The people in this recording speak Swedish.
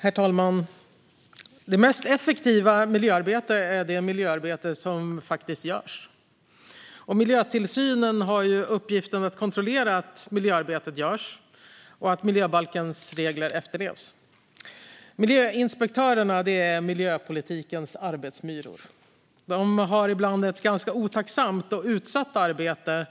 Herr talman! Det mest effektiva miljöarbetet är det miljöarbete som faktiskt görs. Miljötillsynen har uppgiften att kontrollera att miljöarbetet görs och att miljöbalkens regler efterlevs. Miljöinspektörerna är miljöpolitikens arbetsmyror. De har ibland ett ganska otacksamt och utsatt arbete.